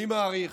אני מעריך,